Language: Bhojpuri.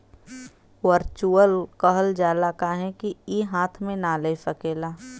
वर्चुअल कहल जाला काहे कि ई हाथ मे ना ले सकेला